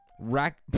Rack